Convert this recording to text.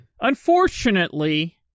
Unfortunately